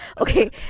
Okay